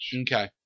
Okay